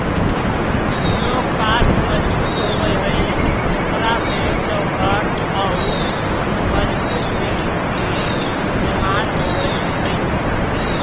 जे काष्ठ मजबूत होवऽ हई, ओकरा से चौखट औउर मजबूत बिम्ब के निर्माण होवऽ हई